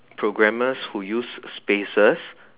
programmers who use spaces